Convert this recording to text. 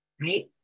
right